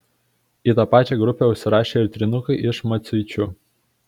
į tą pačią grupę užsirašė ir trynukai iš maciuičių